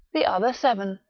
the other seven,